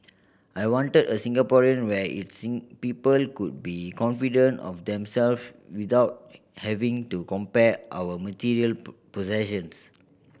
I wanted a Singapore where its people could be confident of themself without having to compare our material possessions